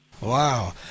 Wow